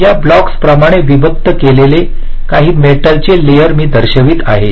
या ब्लॉकप्रमाणे विभक्त केलेले काही मेटलचे लेयर मी दर्शवित आहे